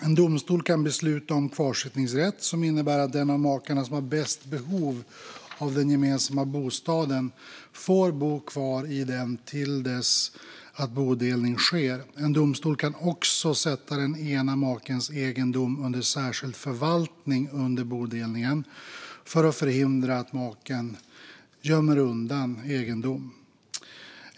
En domstol kan besluta om kvarsittningsrätt som innebär att den av makarna som har mest behov av den gemensamma bostaden får bo kvar i den till dess att bodelning sker. En domstol kan också sätta den ena makens egendom under särskild förvaltning under bodelningen för att förhindra att maken gömmer undan egendom.